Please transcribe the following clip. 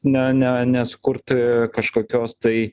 ne ne nesukurt kažkokios tai